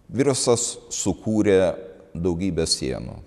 virusas sukūrė daugybę sienų